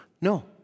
No